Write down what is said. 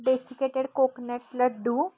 desiccated coconut laddoo